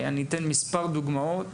אני אתן מספר דוגמאות,